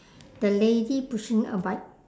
the lady pushing a bike